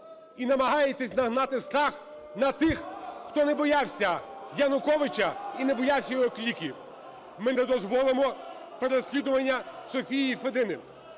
і намагаєтесь нагнати страх на тих, хто не боявся Януковича і не боявся його кліків. Ми не дозволимо переслідування Софії Федини.